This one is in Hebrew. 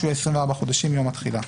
שהוא 24 חודשים מיום התחילה.